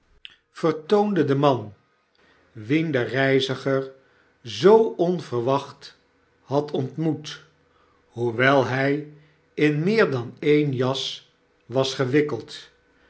vertoonde de man wien de reiziger zoo onverwacht had ontmoet hoewel hij in meer dan e'en jas was gewikkeld